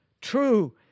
True